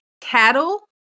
cattle